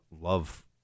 love